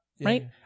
Right